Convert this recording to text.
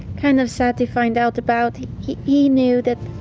kind of sad to find out about. he he knew that.